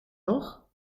nog